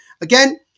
again